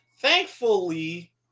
thankfully